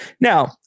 Now